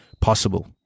possible